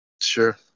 Sure